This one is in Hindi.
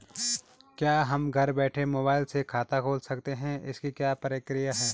क्या हम घर बैठे मोबाइल से खाता खोल सकते हैं इसकी क्या प्रक्रिया है?